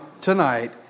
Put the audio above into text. tonight